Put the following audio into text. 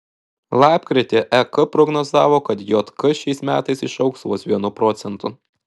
lapkritį ek prognozavo kad jk šiais metais išaugs vos vienu procentu